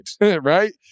right